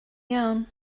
iawn